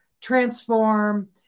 transform